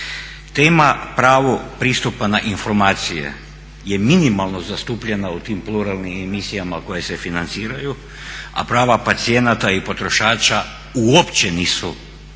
Tema pravo pristupa na informacije je minimalno zastupljena u tim pluralnim emisijama koje se financiraju, a prava pacijenata i potrošača uopće nisu